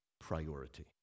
priority